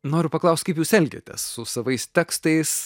noriu paklaust kaip jūs elgiatės su savais tekstais